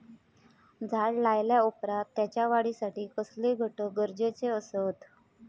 झाड लायल्या ओप्रात त्याच्या वाढीसाठी कसले घटक गरजेचे असत?